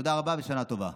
תודה רבה ושנה טובה.